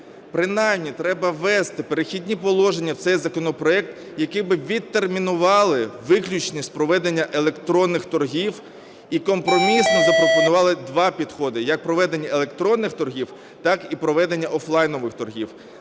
Принаймні треба ввести "Перехідні положення" в цей законопроект, які би відтермінували виключність проведення електронних торгів і компромісно запропонували два підходи як проведення електронних торгів, так і проведення офлайнових торгів.